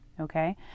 okay